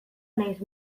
nahiz